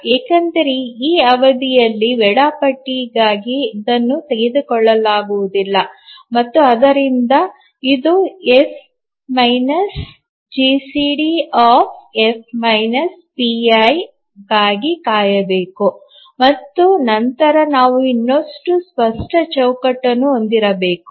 ಏಕೆಂದರೆ ಈ ಅವಧಿಯಲ್ಲಿ ವೇಳಾಪಟ್ಟಿಗಾಗಿ ಇದನ್ನು ತೆಗೆದುಕೊಳ್ಳಲಾಗುವುದಿಲ್ಲ ಮತ್ತು ಆದ್ದರಿಂದ ಇದು F GCD F pi F GCDF pi ಗಾಗಿ ಕಾಯಬೇಕು ಮತ್ತು ನಂತರ ನಾವು ಇನ್ನೊಂದು ಸ್ಪಷ್ಟ ಚೌಕಟ್ಟನ್ನು ಹೊಂದಿರಬೇಕು